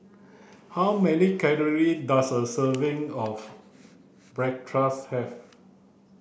how many calories does a serving of Bratwurst have